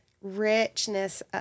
richness